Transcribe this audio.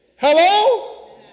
Hello